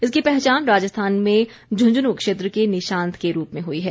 इसकी पहचान राजस्थान में झुंझुनू क्षेत्र के निशांत के रूप में हुई है